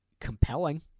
Compelling